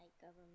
government